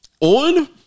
On